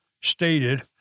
stated